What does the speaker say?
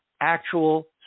actual